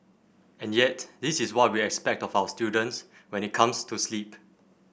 and yet this is what we expect of our students when it comes to sleep